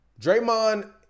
Draymond